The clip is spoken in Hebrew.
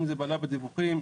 אם זה בעלייה בדיווחים,